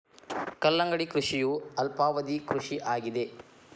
ಕಲ್ಲಂಗಡಿ ಕೃಷಿಯ ಅಲ್ಪಾವಧಿ ಕೃಷಿ ಆಗಿದೆ